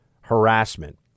harassment